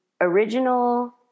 original